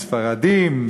"ספרדים",